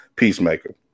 peacemaker